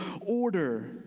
order